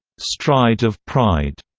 stride of pride,